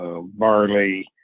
barley